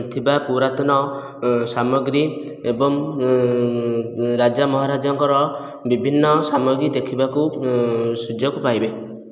ଥିବା ପୁରାତନ ସାମଗ୍ରୀ ଏବଂ ରାଜା ମହାରାଜାଙ୍କର ବିଭିନ୍ନ ସାମଗ୍ରୀ ଦେଖିବାକୁ ସୁଯୋଗ ପାଇବେ